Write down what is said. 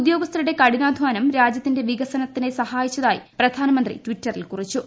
ഉദ്യോഗസ്ഥരുടെ കഠിനാദ്ധാനം രാജ്യത്തിന്റെ വികസനത്തെ സഹായിച്ചതായി പ്രധാനമന്ത്രി ടിറ്ററിൽ കുറിച്ചു